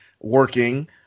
working